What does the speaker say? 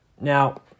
Now